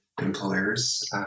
employers